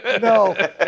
No